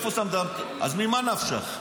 אז ממה נפשך?